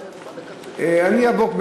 לא, גם הדובר השני לא נמצא, הדובר הוא חיליק בר.